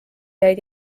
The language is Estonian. jäid